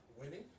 winning